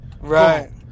right